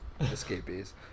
escapees